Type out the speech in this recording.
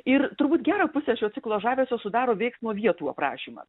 ir turbūt gerą pusę šio ciklo žavesio sudaro veiksmo vietų aprašymas